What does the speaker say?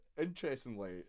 interestingly